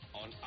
on